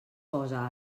posa